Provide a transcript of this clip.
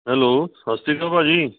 hello ਸਤਿ ਸ਼੍ਰੀ ਅਕਾਲ ਭਾਅ ਜੀ